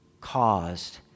caused